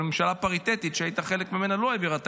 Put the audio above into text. אבל הממשלה הפריטטית שהיית חלק ממנה לא העבירה תקציב,